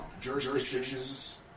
jurisdictions